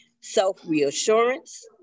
self-reassurance